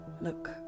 Look